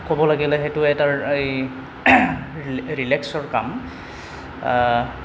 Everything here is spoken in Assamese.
ক'ব লাগিলে সেইটো এটাৰ এই ৰিলেক্সৰ কাম